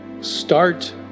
Start